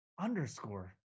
underscore